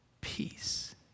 Peace